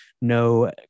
no